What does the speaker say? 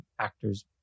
actors